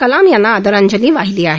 कलाम यांना आदरांजली वाहिली आहे